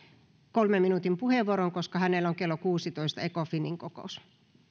kolmen minuutin puheenvuoron koska hänellä on kello kuudentoista ecofinin kokous